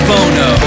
Bono